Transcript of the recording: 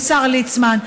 השר ליצמן,